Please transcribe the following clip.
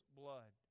blood